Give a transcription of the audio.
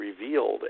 revealed